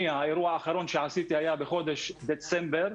האירוע האחרון שעשיתי היה בחודש דצמבר,